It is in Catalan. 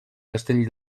castell